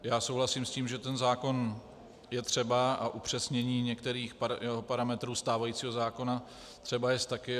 Já souhlasím s tím, že ten zákon je třeba a upřesnění některých parametrů stávajícího zákona třeba jest také.